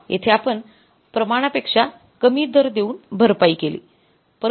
जेथे आपण प्रमाणापेक्षा कमी दर देऊन भरपाई केली